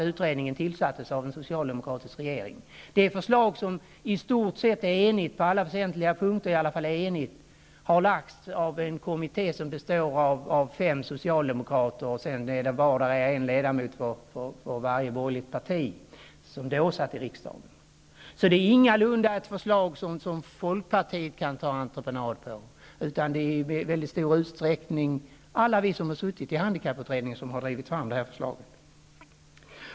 Utredningen tillsattes av en socialdemokratisk regering, och det förslag som på alla väsentliga punkter var enigt har lagts fram av en kommitté som bestod av fem socialdemokrater och en ledamot från varje borgerligt parti som då satt i riksdagen. Det är ingalunda ett förslag som folkpartiet kan ta entreprenad på, utan det är i mycket stor utsträckning alla vi som har suttit i handikapputredningen som har drivit fram förslaget.